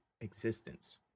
existence